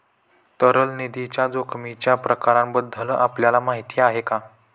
तरल निधीच्या जोखमीच्या प्रकारांबद्दल आपल्याला माहिती आहे का?